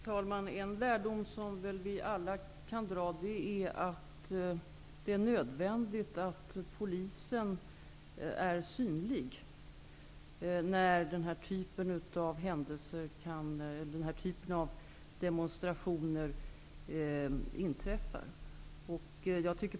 Herr talman! En lärdom som vi väl alla kan dra är att det är nödvändigt att polisen är synlig, när den här typen av demonstrationer inträffar.